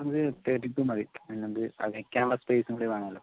നമുക്ക് thirty two മതി അതു നമുക്ക് അത് വയ്ക്കാനുള്ള സ്പേസ് കൂടി വേണമല്ലോ